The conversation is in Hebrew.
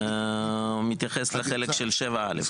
56(1), מתייחס לחלק של (7)(א).